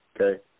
okay